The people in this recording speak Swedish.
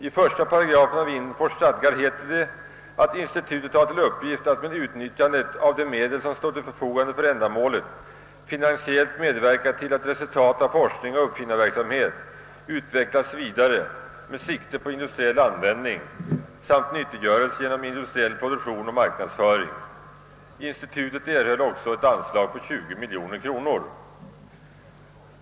I första paragrafen av INFOR:s stadgar heter det: »Institutet har till uppgift att med utnyttjande av de medel, som står till förfogande för ändamålet, finansiellt medverka till att resultat av forskning och uppfinnarverksamhet utvecklas med sikte på industriell användning samt nyttiggöres genom industriell produktion och marknadsföring.» Institutet erhöll också ett anslag på 20 miljoner kronor.